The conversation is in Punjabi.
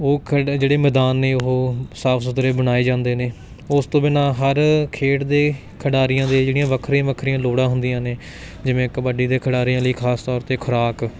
ਓਹ ਖੇਡਾਂ ਜਿਹੜੇ ਮੈਦਾਨ ਨੇ ਓਹ ਸਾਫ ਸੁਥਰੇ ਬਣਾਏ ਜਾਂਦੇ ਨੇ ਓਸ ਤੋਂ ਬਿਨਾਂ ਹਰ ਖੇਡ ਦੇ ਖਿਡਾਰੀਆਂ ਦੇ ਜਿਹੜੀਆਂ ਵੱਖਰੀਆਂ ਵੱਖਰੀਆਂ ਲੋੜਾਂ ਹੁੰਦੀਆਂ ਨੇ ਜਿਵੇਂ ਕਬੱਡੀ ਦੇ ਖਿਡਾਰੀਆਂ ਲਈ ਖਾਸ ਤੌਰ 'ਤੇ ਖੁਰਾਕ